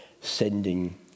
sending